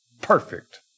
perfect